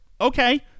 Okay